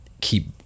keep